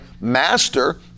master